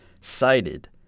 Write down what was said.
cited